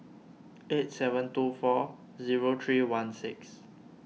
eight seven two four zero three one six